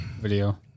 Video